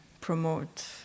promote